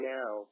now